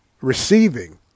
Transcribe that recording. Receiving